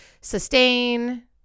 sustain